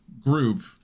group